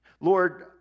Lord